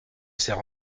serre